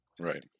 right